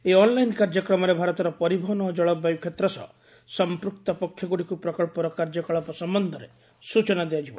ଏହି ଅନ୍ଲାଇନ୍ କାର୍ଯ୍ୟକ୍ରମରେ ଭାରତର ପରିବହନ ଓ ଜଳବାୟ କ୍ଷେତ୍ର ସହ ସମ୍ପ୍ରକ୍ତ ପକ୍ଷଗ୍ରଡ଼ିକୁ ପ୍ରକଳ୍ପର କାର୍ଯ୍ୟକଳାପ ସମ୍ଭନ୍ଧରେ ସ୍ୱଚନା ଦିଆଯିବ